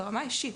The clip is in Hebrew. ברמה האישית,